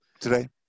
today